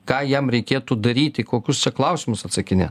ką jam reikėtų daryti kokius čia klausimus atsakinėt